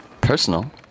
personal